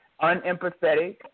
unempathetic